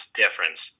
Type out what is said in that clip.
difference